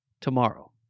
tomorrow